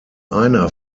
einer